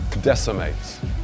decimates